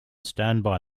standby